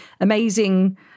amazing